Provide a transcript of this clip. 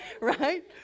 right